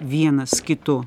vienas kitu